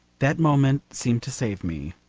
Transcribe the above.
that moment seemed to save me.